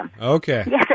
Okay